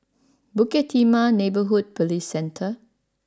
Bukit Timah Neighbourhood Police Centre